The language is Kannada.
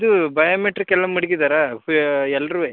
ಇದು ಬಯೋಮೆಟ್ರಿಕ್ ಎಲ್ಲ ಮಡ್ಗಿದ್ದಾರಾ ಎಲ್ರೂ